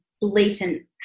blatant